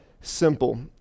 simple